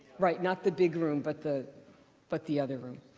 right. not the big room, but the but the other room.